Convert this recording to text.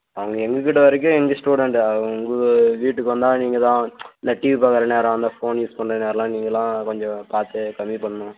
அவங்க எங்கள் கிட்டே வரைக்கும் எங்கள் ஸ்டூடண்ட்டு அவங்க உங்கள் வீட்டுக்கு வந்தால் நீங்கள் தான் இந்த டிவி பார்க்குற நேரம் இந்த ஃபோன் யூஸ் பண்ணுற நேரமெல்லாம் நீங்களாக கொஞ்சம் பார்த்து கம்மி பண்ணணும்